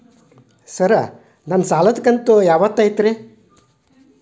Sir ನನ್ನ ಸಾಲದ ಕಂತು ಯಾವತ್ತೂ ಐತ್ರಿ?